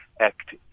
act